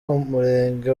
umurenge